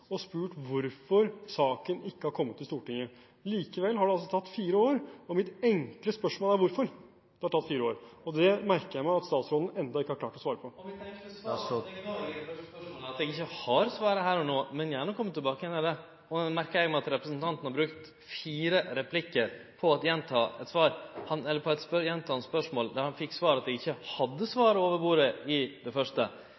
og spurt hvorfor saken ikke er kommet til Stortinget. Likevel har det tatt fire år. Mitt enkle spørsmål er hvorfor det har tatt fire år. Det merker jeg meg at statsråden ennå ikke har klart å svare på. Mitt enkle svar gav eg i det første svaret, at eg ikkje har svaret her og no. Men eg kan gjerne kome tilbake med det. Eg har merka meg at representanten har brukt fire replikkar på å gjenta eit spørsmål der han fekk det svaret at eg ikkje hadde